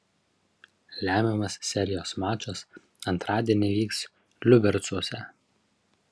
lemiamas serijos mačas antradienį vyks liubercuose